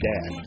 Dad